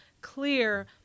clear